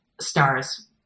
stars